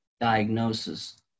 diagnosis